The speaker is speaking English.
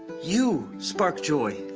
you spark joy,